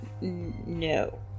No